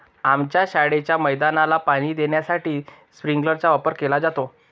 आमच्या शाळेच्या मैदानाला पाणी देण्यासाठी स्प्रिंकलर चा वापर केला जातो